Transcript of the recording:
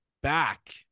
back